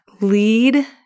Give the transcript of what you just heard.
lead